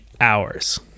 hours